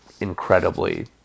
incredibly